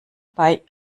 bei